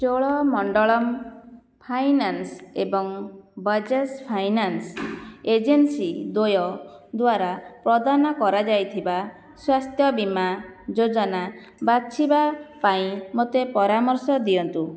Cholamandalam finance ଏବଂ Bajaj finance agency ଦ୍ୱୟ ଦ୍ଵାରା ପ୍ରଦାନ କରାଯାଇଥିବା ସ୍ୱାସ୍ଥ୍ୟ ବୀମା ଯୋଜନା ବାଛିବା ପାଇଁ ମୋତେ ପରାମର୍ଶ ଦିଅନ୍ତୁ